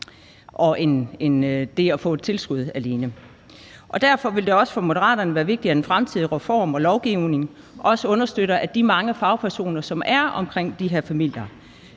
det at få et tilskud. Derfor vil det også for Moderaterne være vigtigt, at en fremtidig reform og lovgivning understøtter, at de mange fagpersoner, som er omkring de her familier,